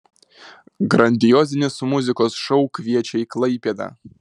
grandiozinis muzikos šou kviečia į klaipėdą